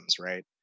right